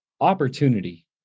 opportunity